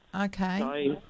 Okay